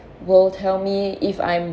will tell me if I'm